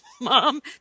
mom